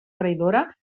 traïdora